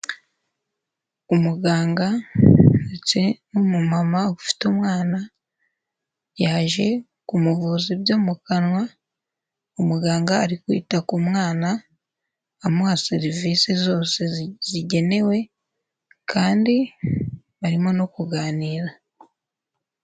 Umuganga ndetse n'umumama ufite umwana, yaje kumuvuza ibyo mu kanwa, umuganga ari kwita ku mwana, amuha serivisi zose zigenewe kandi arimo no kuganira.